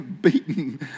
beaten